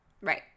Right